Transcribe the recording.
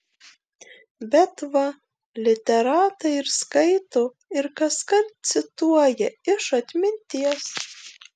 bet va literatai ir skaito ir kaskart cituoja iš atminties